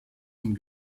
zum